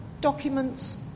documents